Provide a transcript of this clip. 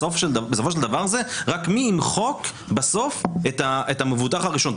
בסופו של דבר זה רק מי ימחק בסוף את המבוטח הראשון.